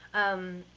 um,